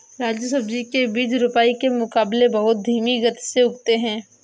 राजू सब्जी के बीज रोपाई के मुकाबले बहुत धीमी गति से उगते हैं